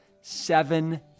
seven